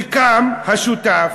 וקם השותף,